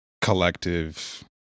collective